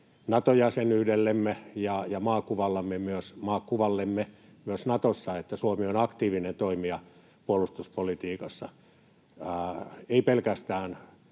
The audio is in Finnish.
Nato-jäsenyydellemme ja maakuvallemme myös Natossa, että Suomi on aktiivinen toimija puolustuspolitiikassa, ei pelkästään